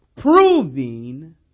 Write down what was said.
proving